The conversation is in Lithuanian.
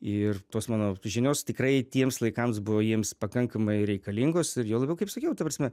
ir tos mano žinios tikrai tiems laikams buvo jiems pakankamai reikalingos ir juo labiau kaip sakiau ta prasme